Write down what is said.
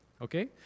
okay